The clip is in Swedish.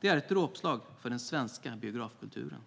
ett dråpslag mot den svenska biografkulturen.